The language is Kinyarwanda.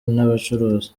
n’abacuruzi